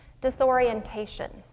disorientation